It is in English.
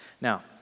Now